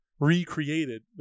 recreated